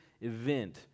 event